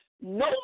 No